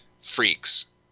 Freak's